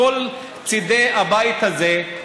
מכל צידי הבית הזה,